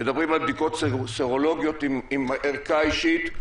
מדברים על בדיקות סרולוגיות עם ערכה אישית,